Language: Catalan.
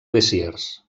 besiers